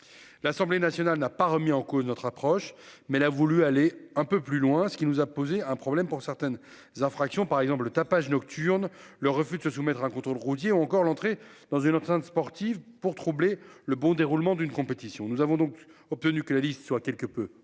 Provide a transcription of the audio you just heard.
L'Assemblée nationale n'a pas remis en cause notre approche mais l'a voulu aller un peu plus loin ce qui nous a posé un problème pour certaines infractions par exemple le tapage nocturne le refus de se soumettre à un contrôle routier ou encore l'entrée dans une enceinte sportive pour troubler le bon déroulement d'une compétition. Nous avons donc obtenu que la liste soit quelque peu